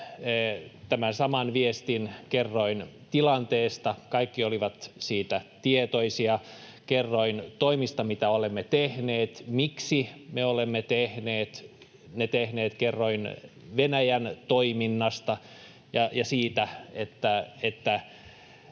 tämän saman viestin, kerroin tilanteesta. Kaikki olivat siitä tietoisia. Kerroin toimista, mitä olemme tehneet, miksi me olemme ne tehneet. Kerroin Venäjän toiminnasta ja siitä, että